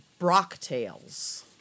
brocktails